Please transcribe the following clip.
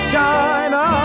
China